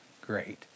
great